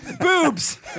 Boobs